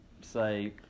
say